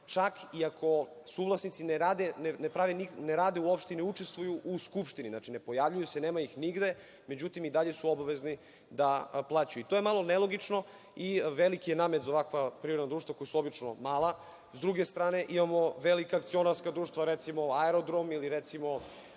čak i ako suvlasnici ne rade uopšte i ne učestvuju u Skupštini, znači, ne pojavljuju se, nema ih nigde, međutim i dalje su obavezni da plaćaju. To je malo nelogično i veliki je namet za ovakva privredna društva koja su obično mala. S druge strane, imamo velika akcionarska društva, recimo, Aerodrom ili Telekom